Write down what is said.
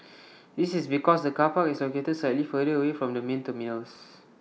this is because the car park is located slightly further away from the main terminals